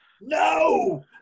no